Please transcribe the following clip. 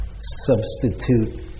Substitute